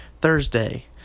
Thursday